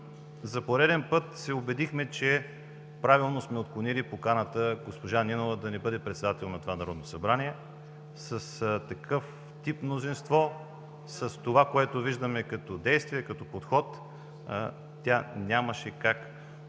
за пореден път се убедихме, че правилно сме отклонили поканата госпожа Нинова да не бъде председател на това Народно събрание. С такъв тип мнозинство, с това, което виждаме като действия, като подход, тя нямаше как да